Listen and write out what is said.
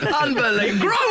Unbelievable